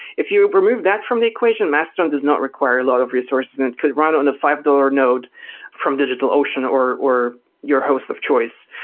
if you remove that from the equation, mastodon does not require a lot of resources and it could run on a five dollars node from digitalocean or or your host of choice.